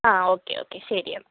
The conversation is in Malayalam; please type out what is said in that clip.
ആ ഒക്കെ ഓക്കെ ശരിയെന്നാൽ